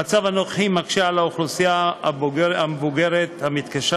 המצב הנוכחי מקשה על האוכלוסייה המבוגרת המתקשה